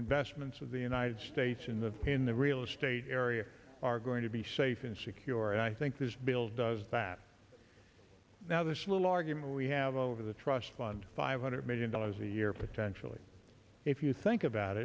investments of the united states in the in the real estate area are going to be safe and secure and i think this bill does that now this little argument we have over the trust fund five hundred million dollars a year potentially if you think about